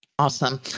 Awesome